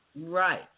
Right